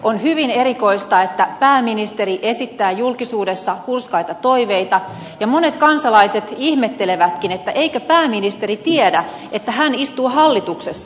on hyvin erikoista että pääministeri esittää julkisuudessa hurskaita toiveita ja monet kansalaiset ihmettelevätkin eikö pääministeri tiedä että hän istuu hallituksessa